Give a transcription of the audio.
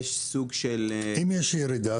אם יש ירידה,